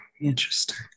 interesting